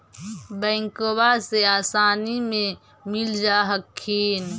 बैंकबा से आसानी मे मिल जा हखिन?